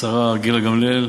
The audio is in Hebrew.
תודה, השרה גילה גמליאל,